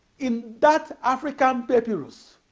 in that african papyrus